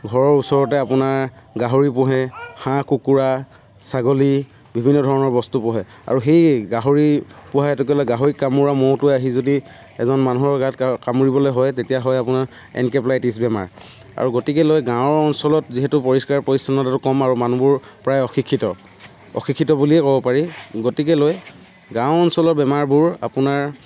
ঘৰৰ ওচৰতে আপোনাৰ গাহৰি পোহে হাঁহ কুকুৰা ছাগলী বিভিন্ন ধৰণৰ বস্তু পোহে আৰু সেই গাহৰিৰ পোহা হেতুকে লৈ গাহৰিক কামোৰা ম'হটোৱে আহি যদি এজন মানুহৰ গাত কামুৰিবলৈ হয় তেতিয়া হয় আপোনাৰ এনকেফেলাইটিচ বেমাৰ আৰু গতিকে লৈ গাঁৱৰ অঞ্চলত যিহেতু পৰিষ্কাৰ পৰিচ্ছন্নতাটো কম আৰু মানুহবোৰ প্ৰায় অশিক্ষিত অশিক্ষিত বুলিয়ে ক'ব পাৰি গতিকে লৈ গাঁও অঞ্চলৰ বেমাৰবোৰ আপোনাৰ